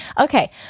Okay